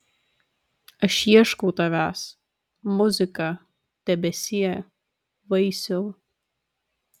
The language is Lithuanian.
aš ieškau tavęs muzika debesie vaisiau